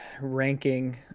ranking